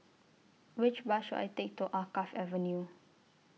Which Bus should I Take to Alkaff Avenue